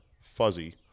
fuzzy